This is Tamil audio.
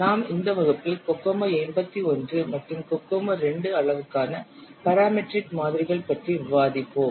நாம் இந்த வகுப்பில் கோகோமோ 81 மற்றும் கோகோமோ II அளவுக்கான பராமெட்ரிக் மாதிரிகள் பற்றி விவாதிப்போம்